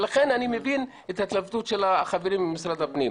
לכן אני מבין את ההתלבטות של החברים ממשרד הפנים.